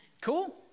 cool